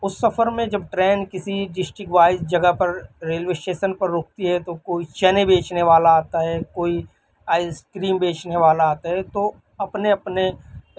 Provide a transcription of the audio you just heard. اس سفر میں جب ٹرین کسی ڈسٹک وائز جگہ پر ریلوے اسٹیسن پر رکتی ہے تو کوئی چنے بیچنے والا آتا ہے کوئی آئس کریم بیچنے والا آتا ہے تو اپنے اپنے